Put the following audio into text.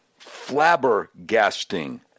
flabbergasting